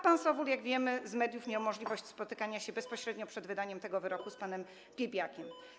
Pan Sowul, jak wiemy z mediów, miał możliwość spotykania się bezpośrednio przed wydaniem tego wyroku z panem Piebiakiem.